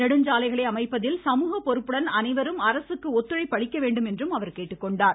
நெடுஞ்சாலைகளை அமைப்பதில் சமூகபொறுப்புடன் அனைவரும் அரசுக்கு ஒத்துழைப்பு அளிக்க வேண்டும் என்று கேட்டுக்கொண்டார்